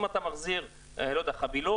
אם אתה מחזיר חבילות,